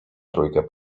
trójkę